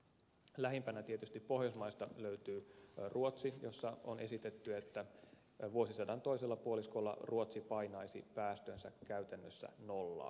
lähimpänä tietysti pohjoismaista löytyy ruotsi missä on esitetty että vuosisadan toisella puoliskolla ruotsi painaisi päästönsä käytännössä nollaan